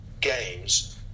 games